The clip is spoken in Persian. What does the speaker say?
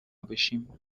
بشیم